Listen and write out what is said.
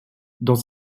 dans